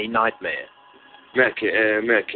nightmare